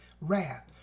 wrath